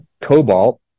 cobalt